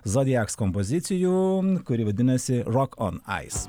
zodiaks kompozicijų kuri vadinasi rok on ais